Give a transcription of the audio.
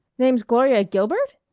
name's gloria gilbert?